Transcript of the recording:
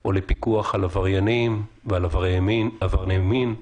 או לפיקוח על עבריינים ועל עברייני מין?